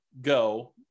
go